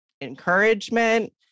encouragement